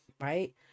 right